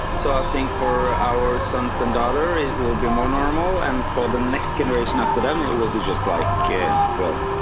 so i think for our sons and daughter, it will be more normal and for the next generation up to them. it it will be just like. well,